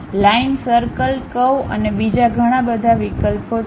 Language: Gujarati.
લાઇન સર્કલ કર્વ અને બીજા ઘણા બધા વિકલ્પો છે